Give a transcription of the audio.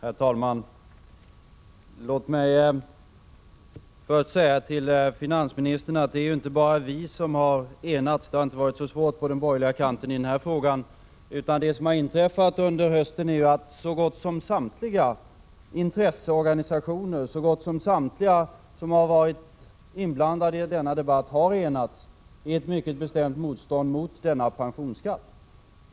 Herr talman! Låt mig först säga till herr finansministern att det inte bara är vi som har enats — det har inte varit så svårt på den borgerliga kanten i den här frågan. Det som har inträffat under hösten är ju att så gott som samtliga intresseorganisationer och så gott som samtliga som har varit inblandade i denna debatt har enats i ett mycket bestämt motstånd mot denna pensionsskatt.